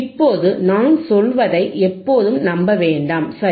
இப்போது நான் சொல்வதை எப்போதும் நம்ப வேண்டாம் சரி